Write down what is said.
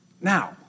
now